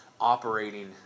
operating